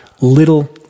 little